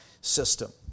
system